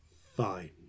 fine